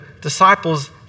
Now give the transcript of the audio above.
disciples